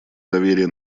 доверия